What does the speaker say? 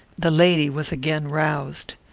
the lady was again roused.